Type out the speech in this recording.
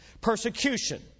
Persecution